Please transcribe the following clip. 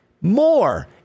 more